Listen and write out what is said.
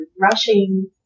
rushing